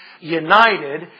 united